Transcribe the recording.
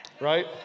right